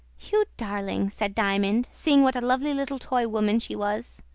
you darling! said diamond, seeing what a lovely little toy-woman she was.